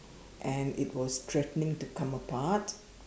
and it was threatening to come apart